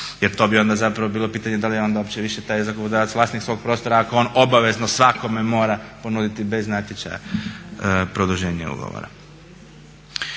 Jer to bi onda zapravo bilo pitanje da li je onda uopće više taj zakupodavac vlasnik svog prostora ako on obavezno svakome mora ponuditi bez natječaja produženje ugovora.